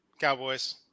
Cowboys